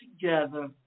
together